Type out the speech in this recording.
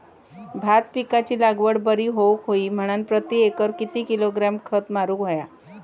भात पिकाची लागवड बरी होऊक होई म्हणान प्रति एकर किती किलोग्रॅम खत मारुक होया?